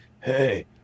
hey